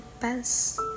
best